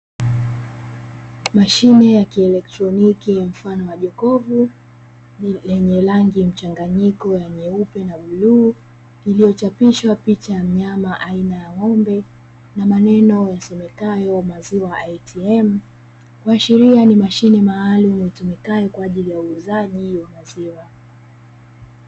Mashine ya kielotroniki mfano wa jokofu yenye rangi mchanganyiko nyeupe na bluu, iliyochapishwa picha ya mnyama aina ya ng'ombe na maneno yasomekayo maziwa "ATM" kuashiria ni mashine itumikayo kwa ajili ya uuzaji wa maziwa.